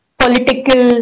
political